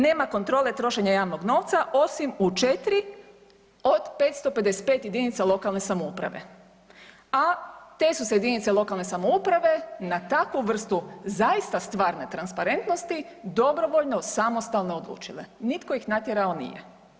Nema kontrole trošenja javnog novac, osim u četiri od 555 jedinica lokalne samouprave, a te su se jedinice lokalne samouprave na takvu vrstu zaista stvarne transparentnosti dobrovoljno, samostalno odlučile nitko ih natjerao nije.